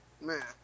man